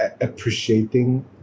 appreciating